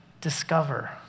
discover